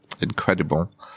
incredible